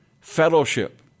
fellowship